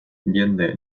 jende